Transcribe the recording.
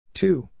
two